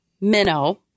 minnow